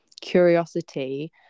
curiosity